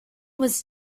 was